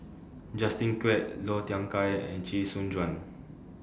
Justin Quek Low Thia Khiang and Chee Soon Juan